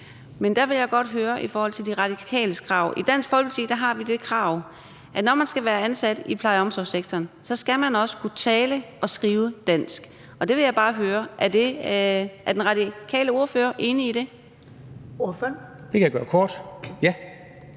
Men der vil jeg godt høre om en ting i forhold til De Radikales krav, for i Dansk Folkeparti har vi det krav, at når man skal være ansat i pleje- og omsorgssektoren, skal man også kunne tale og skrive dansk. Og der vil jeg bare høre: Er den radikale ordfører enig i det? Kl. 11:15 Første